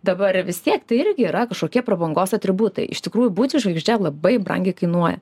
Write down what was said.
dabar vis tiek tai irgi yra kažkokie prabangos atributai iš tikrųjų būti žvaigždė labai brangiai kainuoja